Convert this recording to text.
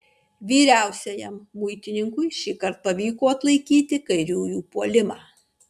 vyriausiajam muitininkui šįkart pavyko atlaikyti kairiųjų puolimą